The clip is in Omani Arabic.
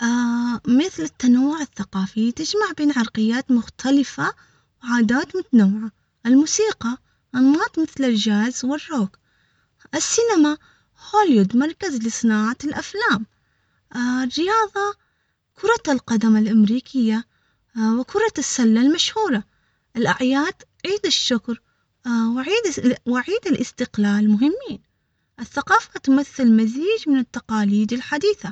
مثل التنوع الثقافي، تجمع بين عرقيات مختلفة، وعادات متنوعة، الموسيقى، أنماط مثل الجاز والروك، السينما، هوليود، مركز لصناعة الأفلام، الرياضة، كرة القدم الأمريكية، وكرة السلة المشهورة، الأعياد، عيد الشكر، وعيد الس